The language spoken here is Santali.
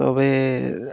ᱛᱚᱵᱮ